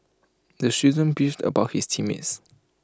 the student beefed about his team mates